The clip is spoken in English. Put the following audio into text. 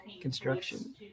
construction